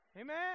Amen